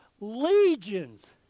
legions